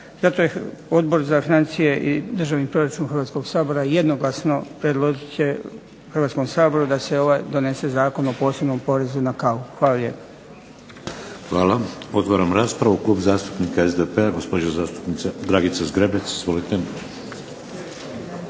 Zato je Odbor za financije i državni proračun Hrvatskog sabora jednoglasno predložit će Hrvatskom saboru da se ovaj donese Zakon o posebnom porezu na kavu. Hvala lijepo. **Šeks, Vladimir (HDZ)** Hvala. Otvaram raspravu. Klub zastupnika SDP-a, gospođa zastupnica Dragica Zgrebec. Izvolite.